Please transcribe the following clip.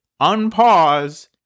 unpause